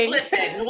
Listen